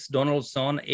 Donaldson